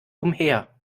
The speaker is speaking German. umher